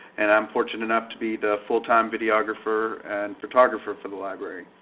and i'm fortunate enough to be the full-time videographer and photographer for the library.